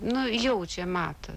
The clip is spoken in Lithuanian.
nu jaučia mato